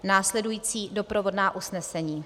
Následující doprovodná usnesení: